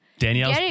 Danielle